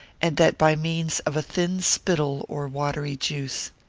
and that by means of a thin spittle, or watery juice.